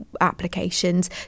applications